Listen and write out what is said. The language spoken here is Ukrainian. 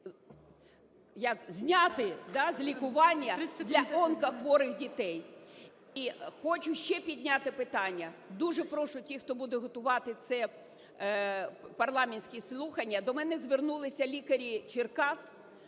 завершити. КУЖЕЛЬ О.В. …для онкохворих дітей? І хочу ще підняти питання. Дуже прошу тих, хто буде готувати ці парламентські слухання. До мене звернулися лікарі Черкас.